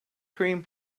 cream